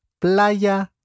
Playa